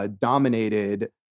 Dominated